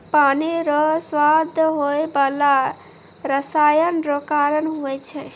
पानी रो स्वाद होय बाला रसायन रो कारण हुवै छै